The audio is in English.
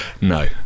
No